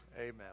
Amen